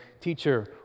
Teacher